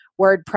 WordPress